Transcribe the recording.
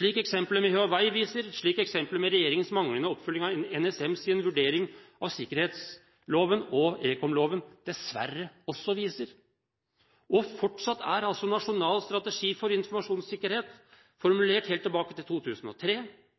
regjeringens manglende oppfølging av NSMs vurdering av sikkerhetsloven og ekomloven dessverre viser. Fortsatt er Nasjonal strategi for informasjonssikkerhet formulert helt tilbake i 2003,